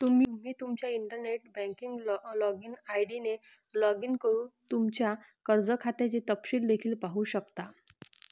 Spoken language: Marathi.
तुम्ही तुमच्या इंटरनेट बँकिंग लॉगिन आय.डी ने लॉग इन करून तुमच्या कर्ज खात्याचे तपशील देखील पाहू शकता